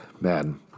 Man